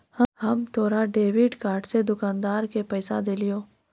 हम तोरा debit card से दुकानदार के पैसा देलिहों